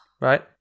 right